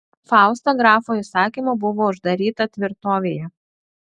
fausta grafo įsakymu buvo uždaryta tvirtovėje